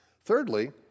Thirdly